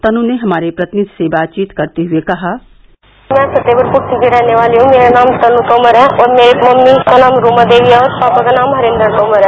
तनु ने हमारे प्रतिनिधि से बातचीत करते हुए कहा मैं फतेहपुर पुट्ठी की रहने वाली हूं मेरा नाम तन् तोमर है और मेरी मम्मी का नाम रूमा देवी और पापा का नाम हरेन्द्र तोमर है